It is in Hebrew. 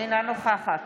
אינה נוכחת